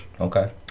Okay